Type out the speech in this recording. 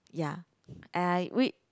ya and I read